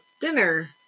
dinner